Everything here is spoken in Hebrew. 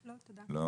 לא.